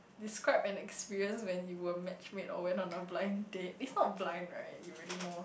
describe an experience when you were match made or went on a blind date it's not blind right you already know